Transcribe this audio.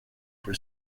for